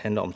for den går